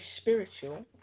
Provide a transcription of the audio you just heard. spiritual